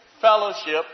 fellowship